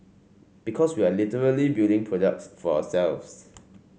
because we are literally building products for ourselves